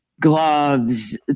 gloves